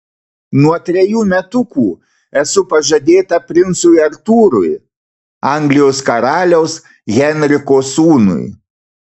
nuo trejų metukų esu pažadėta princui artūrui anglijos karaliaus henriko sūnui